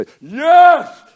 Yes